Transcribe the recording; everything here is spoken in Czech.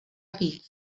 víc